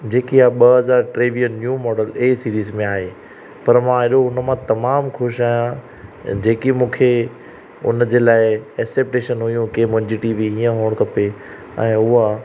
जेकी आहे ॿ हज़ार टेवीह नयूं मॉडल ऐं सीरीज़ में आहे पर मां हेॾो हुन मां तमामु ख़ुशि आहियां जेकी मूंखे हुन जे लाइ एक्सपेक्टेशन हुई कि मुंहिंजी टीवीअ हुजणु खपे ऐं उहा